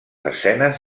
escenes